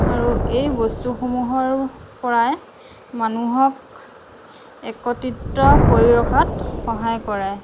আৰু এই বস্তুসমূহৰপৰাই মানুহক একত্ৰিত কৰি ৰখাত সহায় কৰে